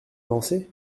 danser